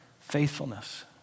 faithfulness